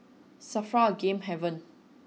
Safra a game haven